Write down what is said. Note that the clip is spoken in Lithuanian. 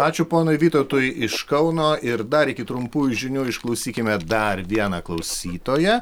ačiū ponui vytautui iš kauno ir dar iki trumpųjų žinių išklausykime dar vieną klausytoją